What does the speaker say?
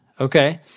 Okay